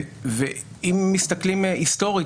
אם מסתכלים היסטורית,